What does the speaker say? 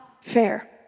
fair